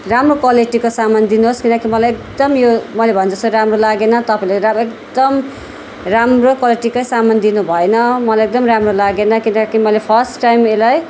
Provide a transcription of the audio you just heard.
राम्रो क्वालिटीको सामान दिनुहोस् किनकि मलाई एकदम यो मैले भने जस्तो राम्रो लागेन तपाईँले रा एकदम राम्रो क्वालिटीकै सामान दिनुभएन मलाई एकदम राम्रो लागेन किनकि मैले फर्स्ट टाइम यसलाई